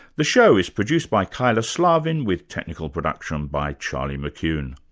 the show is produced by kyla slaven with technical production by charlie mckune.